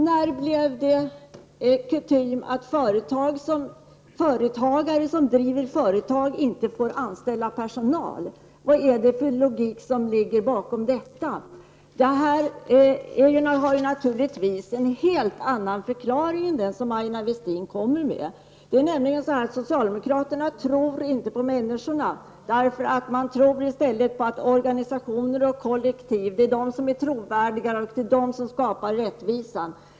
När blev det kutym att företagare som driver företag inte får anställa personal? Vad är det för logik som ligger bakom detta? Det här har naturligtvis en helt annan förklaring än den som Aina Westin kommer med. Socialdemokraterna tror nämligen inte på människorna. De tror i stället att det är organisationer och kollektiv som är trovärdiga, att det är de som skapar rättvisan.